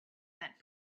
that